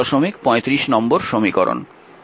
এটি 235 নম্বর সমীকরণ